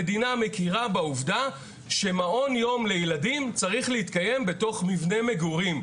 המדינה מכירה בעובדה שמעון יום לילדים צריך להתקיים בתוך מבנה מגורים,